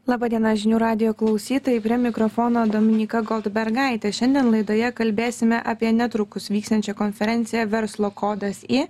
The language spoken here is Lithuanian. laba diena žinių radijo klausytojai prie mikrofono dominyka goldbergaitė šiandien laidoje kalbėsime apie netrukus vyksiančią konferenciją verslo kodas i